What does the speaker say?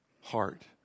heart